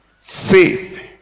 faith